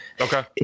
Okay